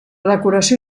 decoració